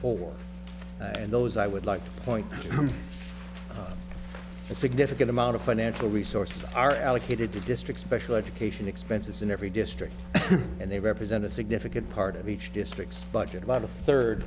four and those i would like to point out a significant amount of financial resources are allocated to district special education expenses in every district and they represent a significant part of each district's budget about a third